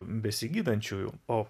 besigydančiųjų o